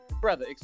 brother